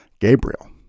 Gabriel